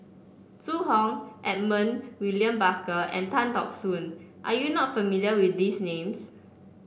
Zhu Hong Edmund William Barker and Tan Teck Soon are you not familiar with these names